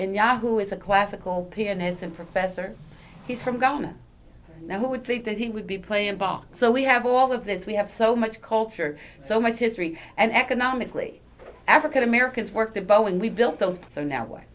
and yahoo is a classical pianist and professor he's from goma now who would think that he would be playing vox so we have all of this we have so much culture so much history and economically african americans work to vote when we built those so now wh